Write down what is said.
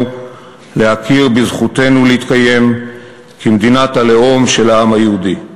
להכיר בזכותנו להתקיים כמדינת הלאום של העם היהודי.